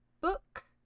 book